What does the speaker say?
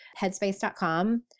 headspace.com